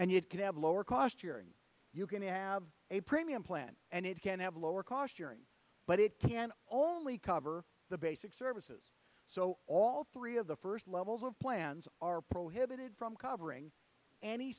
and you can have lower cost year and you can have a premium plan and it can have lower cost your ng but it can only cover the basic services so all three of the first levels of plans are prohibited from covering any